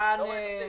טען.